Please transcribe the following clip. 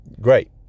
great